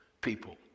people